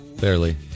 Barely